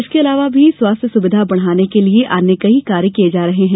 इसके अलावा भी स्वास्थ्य सुविधा बढाने के लिए अन्य कई कार्य किए जा रहे हैं